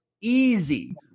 easy